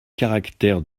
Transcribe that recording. caractères